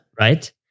Right